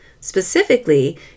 Specifically